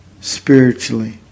spiritually